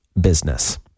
business